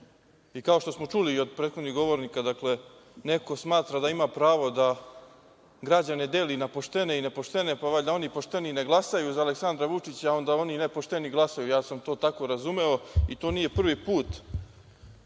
Kao što smo čuli i od prethodnih govornika, neko smatra da ima pravo da građane deli na poštene i nepoštene, pa valjda oni pošteni ne glasaju za Aleksandra Vučića, a onda oni nepošteni glasaju. Ja sam to tako razumeo i to nije prvi put